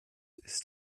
ist